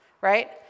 right